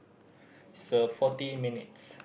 it's uh fourty minutes